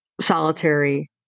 solitary